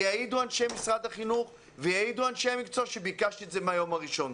יעידו אנשי משרד החינוך ויעידו אנשי המקצוע שביקשתי את זה מהיום הראשון.